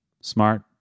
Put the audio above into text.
smart